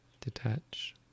Detach